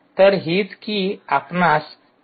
तर हीच की आपणास नेटवर्क कनेक्शनची आवश्यकता आहे